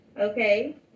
Okay